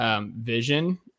vision